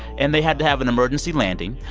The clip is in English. and they had to have an emergency landing.